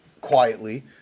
quietly